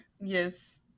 Yes